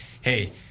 hey